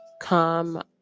come